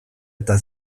eta